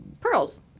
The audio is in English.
Pearls